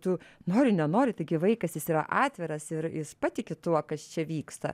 tu nori nenori taigi vaikas jis yra atviras ir jis patiki tuo kas čia vyksta